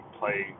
play